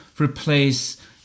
replace